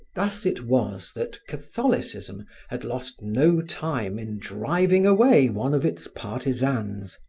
thus it was that catholicism had lost no time in driving away one of its partisans,